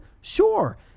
sure